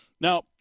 Now